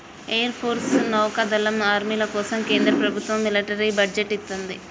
air force, నౌకాదళం, ఆర్మీల కోసం కేంద్ర ప్రభత్వం మిలిటరీ బడ్జెట్ ఇత్తంది